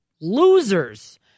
losers